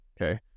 okay